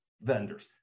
Vendors